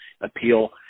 appeal